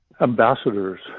ambassadors